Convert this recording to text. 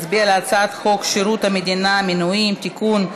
אנחנו נצביע על הצעת חוק שירות המדינה (מינויים) (תיקון,